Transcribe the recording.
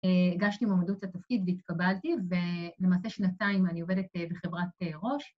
‫הגשתי מעומדות לתפקיד והתקבלתי, ‫ולמעשה שנתיים אני עובדת בחברת ראש.